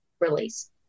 release